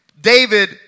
David